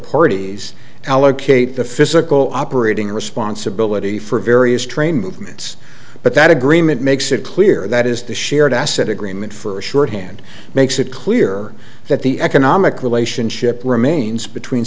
parties allocate the physical operating responsibility for various train movements but that agreement makes it clear that is the shared tacit agreement for shorthand makes it clear that the economic relationship remains between